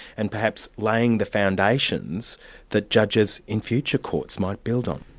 and perhaps laying the foundations that judges in future courts might build on.